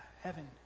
heaven